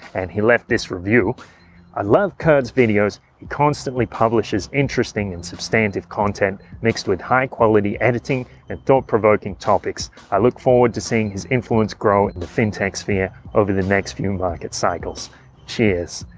and he left this review i love kurt's videos he constantly publishes interesting and substantive content mixed with high-quality editing and thought-provoking topics i look forward to seeing his influence grow in the fintech sphere over the next few market cycles cheers.